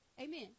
Amen